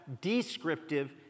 descriptive